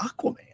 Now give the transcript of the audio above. Aquaman